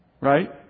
right